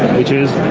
which is,